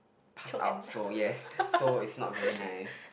pass out so yes so it's not very nice